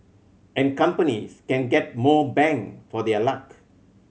and companies can get more bang for their luck